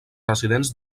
residents